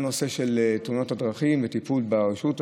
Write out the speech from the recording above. לנושא של תאונות הדרכים וטיפול ברשות.